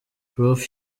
prof